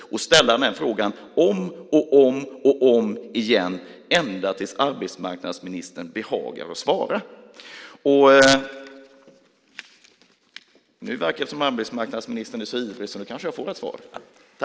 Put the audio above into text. Jag kommer att ställa frågan om och om igen, ända tills arbetsmarknadsministern behagar svara.